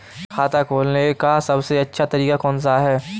खाता खोलने का सबसे अच्छा तरीका कौन सा है?